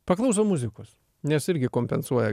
paklausom muzikos nes irgi kompensuoja